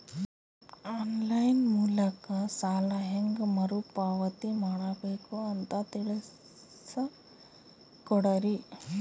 On line ಮೂಲಕ ಸಾಲ ಹೇಂಗ ಮರುಪಾವತಿ ಮಾಡಬೇಕು ಅಂತ ತಿಳಿಸ ಕೊಡರಿ?